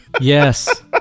Yes